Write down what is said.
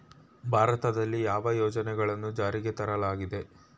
ಭಾರತದಲ್ಲಿ ಯಾವ ಯೋಜನೆಗಳನ್ನು ಜಾರಿಗೆ ತರಲಾಗಿದೆ?